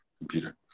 computer